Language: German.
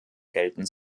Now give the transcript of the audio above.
gelten